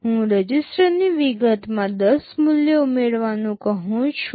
હું રજીસ્ટરની વિગતમાં 10 મૂલ્ય ઉમેરવાનું કહી શકું છું